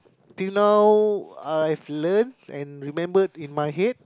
till now I've learned and remembered in my head